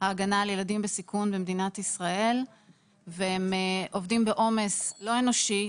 ההגנה על ילדים בסיכון במדינת ישראל והם עובדים בעומס לא אנושי,